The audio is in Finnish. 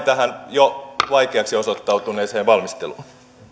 tähän jo vaikeaksi osoittautuneeseen valmisteluun